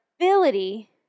ability